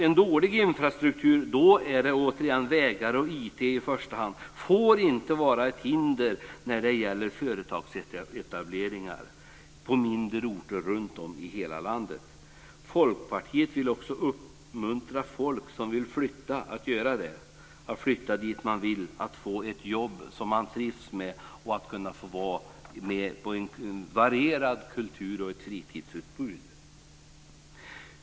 En dålig infrastruktur, och då handlar det återigen i första hand om vägar och IT, får inte vara ett hinder när det gäller företagsetableringar på mindre orter runtom i hela landet. Folkpartiet vill också uppmuntra människor som vill flytta att göra det, att flytta dit de vill, att få ett jobb som de trivs med och att kunna få tillgång till ett varierat kultur och fritidsutbud.